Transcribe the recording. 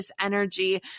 energy